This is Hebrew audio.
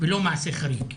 ולא מעשה חריג.